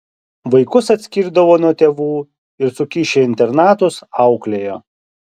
vaikus atskirdavo nuo tėvų ir sukišę į internatus auklėjo